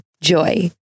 Joy